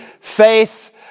faith